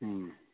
हुँ